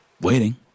Waiting